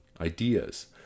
ideas